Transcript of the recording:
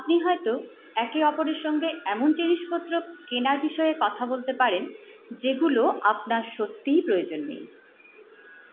আপনি হয়তো একে অপরের সঙ্গে এমন জিনিসপত্র কেনার বিষয়ে কথা বলতে পারেন যেগুলো আপনার সত্যিই প্রয়োজন নেই